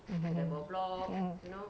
mmhmm hmm mm